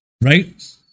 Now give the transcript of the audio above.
Right